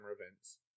events